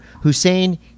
Hussein